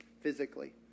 physically